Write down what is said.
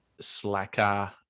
slacker